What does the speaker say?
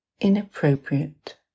inappropriate